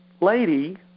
lady